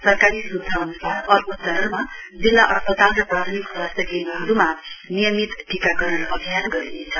सरकारी सूत्र अन्सार अर्को चरणमा जिल्ला अस्पताल र प्राथमिक स्वास्थ्य केन्द्रहरूमा नियमित टीकाकरण अभियान गरिनेछ